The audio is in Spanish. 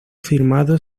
firmado